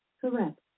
Correct